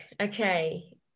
Okay